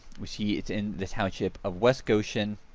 you see it's in the township of west goshen.